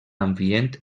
ambient